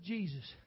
Jesus